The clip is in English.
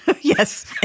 Yes